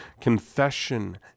confession